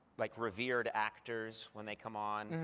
like revered actors when they come on.